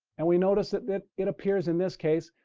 and we notice that that it appears, in this case,